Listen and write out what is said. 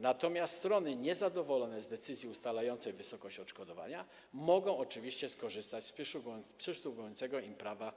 Natomiast strony niezadowolone z decyzji ustalającej wysokość odszkodowania oczywiście mogą skorzystać z przysługującego im prawa